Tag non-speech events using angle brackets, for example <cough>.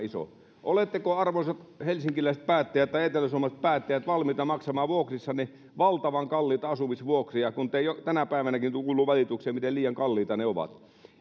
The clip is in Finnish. <unintelligible> iso oletteko arvoisat helsinkiläiset päättäjät tai eteläsuomalaiset päättäjät valmiita maksamaan vuokrissanne valtavan kalliita asumisvuokria kun jo tänä päivänäkin kuuluu valituksia miten liian kalliita ne ovat